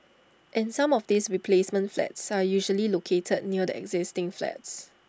and some of these replacement flats are usually located near the existing flats